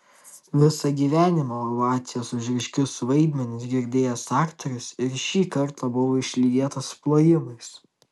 visą gyvenimą ovacijas už ryškius vaidmenis girdėjęs aktorius ir šį kartą buvo išlydėtas plojimais